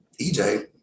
EJ